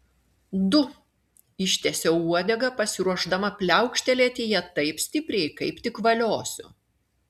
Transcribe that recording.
du ištiesiau uodegą pasiruošdama pliaukštelėti ja taip stipriai kaip tik valiosiu